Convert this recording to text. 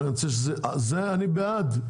אני בעד זה.